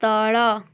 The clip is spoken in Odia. ତଳ